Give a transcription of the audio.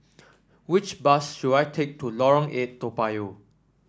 which bus should I take to Lorong Eight Toa Payoh